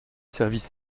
service